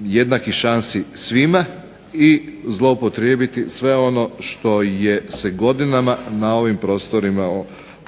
jednakih šansi svima i zloupotrijebiti sve ono što se godinama na ovim prostorima dešavalo.